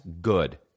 good